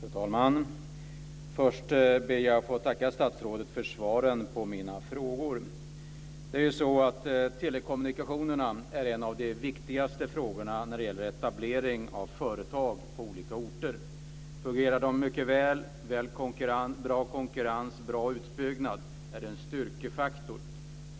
Fru talman! Först ber jag att få tacka statsrådet för svaren på mina frågor. Telekommunikationerna är en av de viktigaste frågorna när det gäller etablering av företag på olika orter. Om de fungerar mycket väl, med bra konkurrens och bra utbyggnad, är de en styrkefaktor.